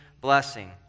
blessing